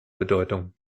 bedeutung